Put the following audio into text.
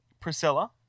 Priscilla